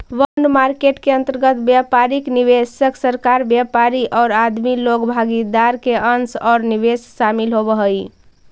bond market के अंतर्गत व्यापारिक निवेशक, सरकार, व्यापारी औउर आदमी लोग भागीदार के अंश औउर निवेश शामिल होवऽ हई